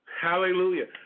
Hallelujah